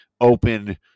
open